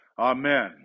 amen